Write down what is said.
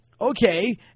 okay